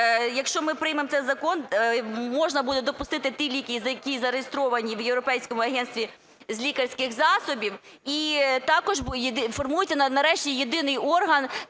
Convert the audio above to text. якщо ми приймемо цей закон, можна буде допустити ті ліки, які зареєстровані в Європейському агентстві з лікарських засобів. І також сформується нарешті єдиний орган